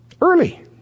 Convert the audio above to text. early